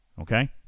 Okay